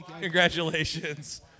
Congratulations